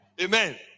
Amen